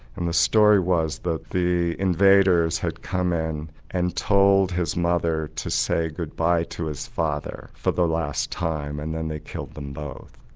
and the story was that the invaders had come in and told his mother to say goodbye to his father for the last time and then they killed them both.